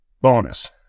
bonus